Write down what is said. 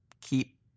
keep